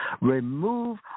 Remove